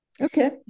Okay